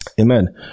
Amen